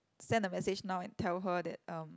send the message now and tell her that um